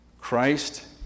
Christ